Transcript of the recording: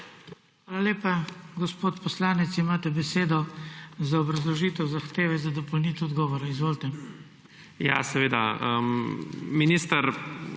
Hvala lepa. Gospod poslanec, imate besedo za obrazložitev zahteve za dopolnitev odgovora. Izvolite. NIK PREBIL (PS